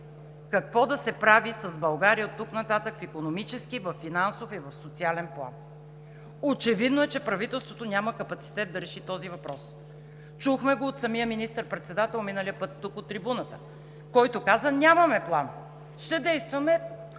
какво да се прави с България оттук нататък в икономически, във финансов и в социален план. Очевидно е, че правителството няма капацитет да реши този въпрос. Чухме го от самия министър-председател миналия път тук от трибуната, който каза: „нямаме план, ще действаме